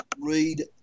read